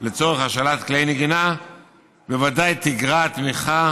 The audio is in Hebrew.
לצורך השאלת כלי נגינה בוודאי תגרע תמיכה